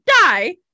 die